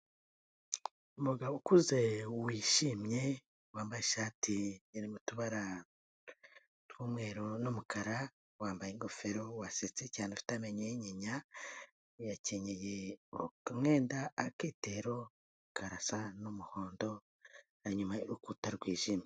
Umugabo ukuze wishimye wambaye ishati irimo utubara tw'umweru n'umukara, wambaye ingofero wasetse cyane ufite amenyo y'inyinya, yakenyeye umwenda aketero karasa n'umuhondo na nyuma y'urukuta rwijimye.